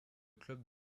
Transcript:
club